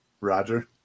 Roger